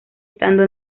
estando